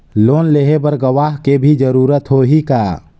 Loan लेहे बर गवाह के भी जरूरत होही का?